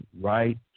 right